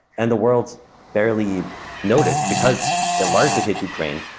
and the worlds barely noticed because it largely hit ukraine.